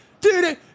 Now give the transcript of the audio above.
dude